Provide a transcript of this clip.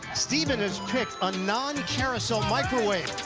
stephen has picked a non-carousel microwave.